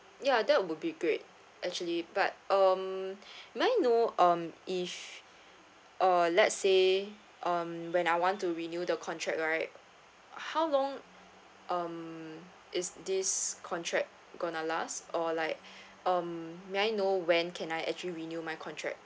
ya that would be great actually but um may I know um if uh let's say um when I want to renew the contract right how long um is this contract gonna last or like um may I know when can I actually renew my contract